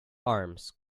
arms